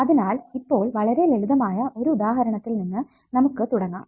അതിനാൽ ഇപ്പോൾ വളരെ ലളിതമായ ഒരു ഉദാഹരണത്തിൽ നിന്ന് നമുക്ക് തുടങ്ങാം